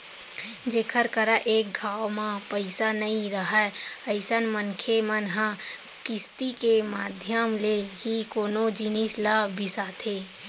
जेखर करा एक घांव म पइसा नइ राहय अइसन मनखे मन ह किस्ती के माधियम ले ही कोनो जिनिस ल बिसाथे